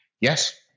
Yes